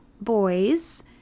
boys